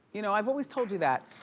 you know i've always told you that.